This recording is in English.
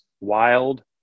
wild